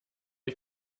ich